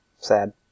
Sad